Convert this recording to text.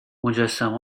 مجسمه